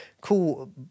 Cool